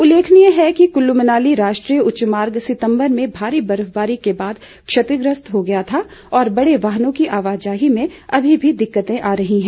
उल्लेखनीय है कि कुल्लू मनाली राष्ट्रीय उच्च मार्ग सितम्बर में भारी बर्फबारी के बाद क्षतिग्रस्त हो गया था और बड़े वाहनों की आवाजाही में अभी भी दिक्कतें आ रही हैं